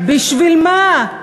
בשביל מה?